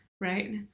right